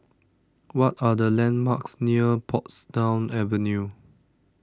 what are the landmarks near Portsdown Avenue